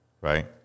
Right